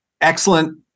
Excellent